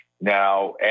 Now